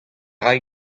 rae